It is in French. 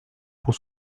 pour